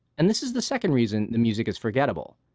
and this is the second reason the music is forgettable.